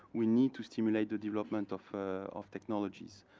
we need to stimulate the development of of technologies.